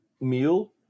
meal